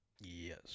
Yes